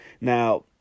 Now